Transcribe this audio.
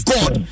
God